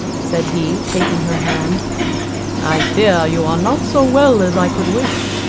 said he, taking her hand i fear you are not so well as i could wish.